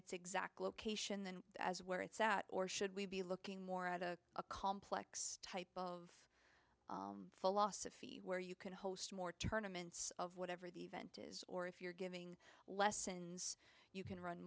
its exact location as where it's at or should we be looking more at a a complex type of philosophy where you can host more tournaments of whatever the event is or if you're giving lessons you can run